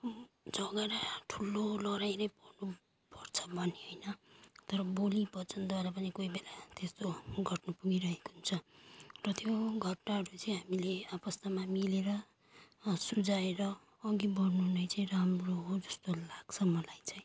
झगडा ठुलो लडाइँ नै पर्नुपर्छ भने होइन तर बोली वचनद्वारा पनि कोही बेला त्यत्रो गर्नु पुगिरहेको हुन्छ र त्यो घटनाहरू चाहिँ हामीले आपस्तमा मिलेर सुझाएर अघि बढ्नु नै चाहिँ राम्रो हो जस्तो लाग्छ मलाई चाहिँ